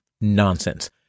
nonsense